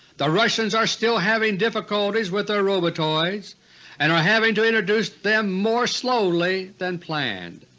the russians are still having difficulties with their robotoids and are having to introduce them more slowly than planned.